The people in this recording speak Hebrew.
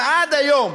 אם עד היום